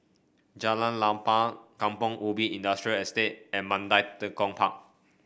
Jalan Lapang Kampong Ubi Industrial Estate and Mandai Tekong Park